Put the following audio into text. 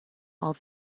all